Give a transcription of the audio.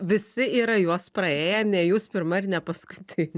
visi yra juos praėję ne jūs pirma ir ne paskutin